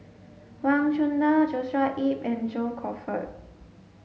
Wang Chunde Joshua Ip and John Crawfurd